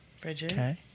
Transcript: Bridget